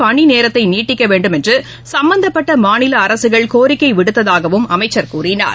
பணிநேரத்தைநீட்டிக்கவேண்டும் என்றுசம்பந்தப்பட்டமாநிலஅரசுகள் கோரிக்கைவிடுத்ததாகவும் அமைச்சர் கூறினார்